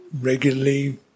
regularly